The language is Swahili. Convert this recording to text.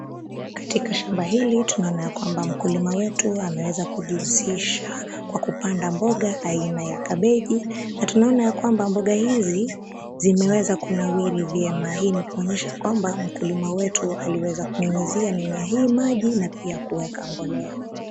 Katika shamba hili tunaona ya kwamba mkulimu wetu ameweza kujihusisha kwa kupanda mboga aina ya kabeji na tunaona ya kwamba mboga hizi zimeweza kunawiri vyema. Hii ni kuonyesha kwamba mkulima wetu aliweza kunyunyizia mimea hii maji na pia kuweka mbolea.